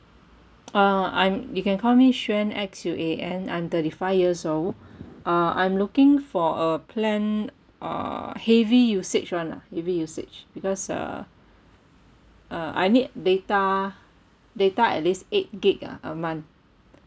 uh I'm you can call me xuan X U A N I'm thirty five years old uh I'm looking for a plan uh heavy usage [one] lah heavy usage because uh uh I need data data at least eight gig uh a month